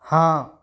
हाँ